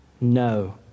No